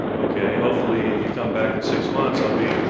okay. hopefully, if you come back in six months i'll be